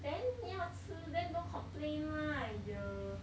then 你要吃 then don't complain lah !aiyo!